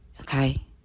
Okay